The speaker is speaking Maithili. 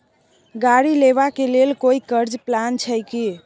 गाड़ी लेबा के लेल कोई कर्ज प्लान छै की?